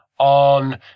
on